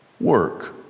work